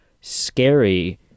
scary